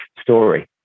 story